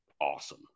awesome